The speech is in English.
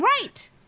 Right